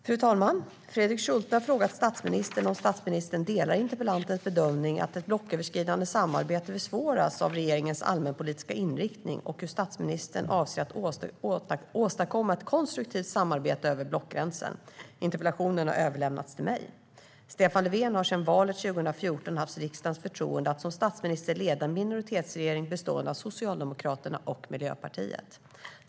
Fru talman! Fredrik Schulte har frågat statsministern om statsministern delar interpellantens bedömning att ett blocköverskridande samarbete försvåras av regeringens allmänpolitiska inriktning och hur statsministern avser att åstadkomma ett konstruktivt samarbete över blockgränsen. Interpellationen har överlämnats till mig. Stefan Löfven har sedan valet 2014 haft riksdagens förtroende att som statsminister leda en minoritetsregering bestående av Socialdemokraterna och Miljöpartiet.